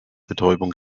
betäubung